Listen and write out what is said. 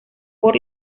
por